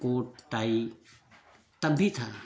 court tie तब भी था